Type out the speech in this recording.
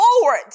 forward